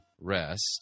rest